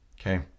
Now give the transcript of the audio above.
Okay